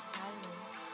silence